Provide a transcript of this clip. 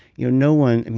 you know no one.